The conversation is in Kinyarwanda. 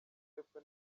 y’epfo